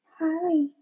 Hi